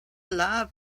love